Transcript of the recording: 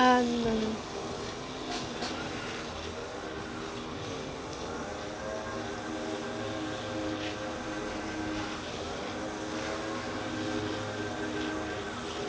uh no no